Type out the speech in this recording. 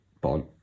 Bond